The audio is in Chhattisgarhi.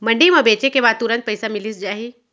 मंडी म बेचे के बाद तुरंत पइसा मिलिस जाही?